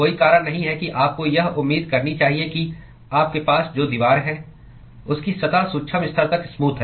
कोई कारण नहीं है कि आपको यह उम्मीद करनी चाहिए कि आपके पास जो दीवार है उसकी सतह सूक्ष्म स्तर तक स्मूथ है